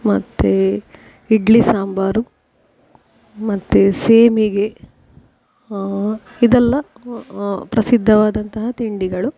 ಮತ್ತು ಇಡ್ಲಿ ಸಾಂಬಾರು ಮತ್ತು ಸೇಮಿಗೆ ಇದೆಲ್ಲ ಪ್ರಸಿದ್ಧವಾದಂತಹ ತಿಂಡಿಗಳು